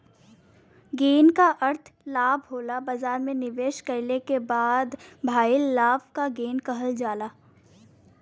gain क अर्थ लाभ होला बाजार में निवेश कइले क बाद भइल लाभ क गेन कहल जाला